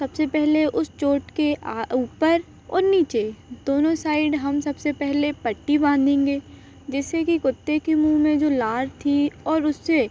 सबसे पहले उस चोट के ऊपर और नीचे दोनों साइड हम सबसे पहले पट्टी बाँधेंगे जिससे कि कुत्ते के मुँह में जो लार थी और उससे